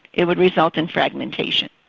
it would result in fragmentation.